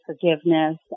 forgiveness